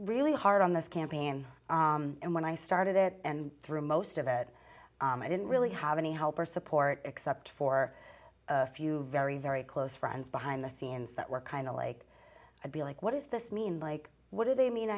really hard on this campaign and when i started it and through most of it i didn't really have any help or support except for a few very very close friends behind the scenes that were kind of like i'd be like what does this mean like what do they mean